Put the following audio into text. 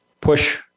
push